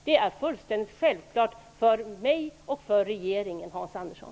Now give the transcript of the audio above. Det är fullständigt självklart för mig och för regeringen, Hans Andersson.